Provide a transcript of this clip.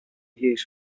reviews